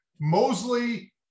Mosley